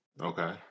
Okay